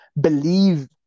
believe